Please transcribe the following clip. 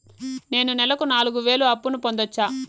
నేను నెలకు నాలుగు వేలు అప్పును పొందొచ్చా?